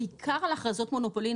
בעיקר על הכרזות מונופולין,